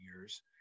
years